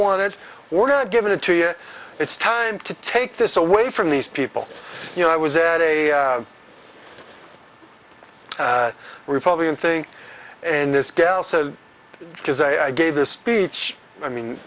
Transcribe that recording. want it we're not giving it to you it's time to take this away from these people you know i was at a republican thing and this gal said because i gave this speech i mean